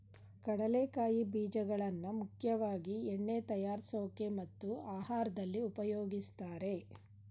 ಕಡಲೆಕಾಯಿ ಬೀಜಗಳನ್ನಾ ಮುಖ್ಯವಾಗಿ ಎಣ್ಣೆ ತಯಾರ್ಸೋಕೆ ಮತ್ತು ಆಹಾರ್ದಲ್ಲಿ ಉಪಯೋಗಿಸ್ತಾರೆ